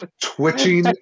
twitching